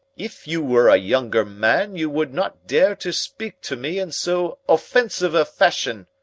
if you were a younger man you would not dare to speak to me in so offensive a fashion.